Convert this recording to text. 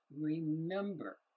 Remember